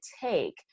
take